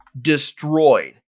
Destroyed